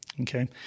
Okay